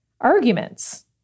arguments